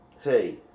Hey